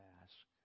ask